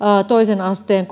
toisen asteen